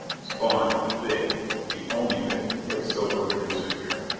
spawn, the big the only big quicksilver producer here!